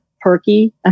perky